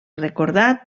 recordat